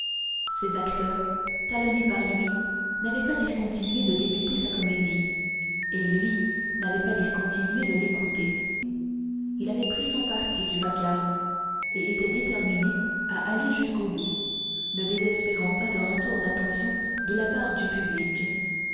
ses acteurs talonnés par lui n'avaient pas discontinué de débiter sa comédie et lui n'avait pas discontinué de l'écouter il avait pris son parti du vacarme et était déterminé à aller jusqu'au bout ne désespérant pas d'un retour d'attention de la part du public